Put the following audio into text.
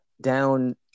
down